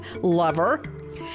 lover